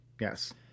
Yes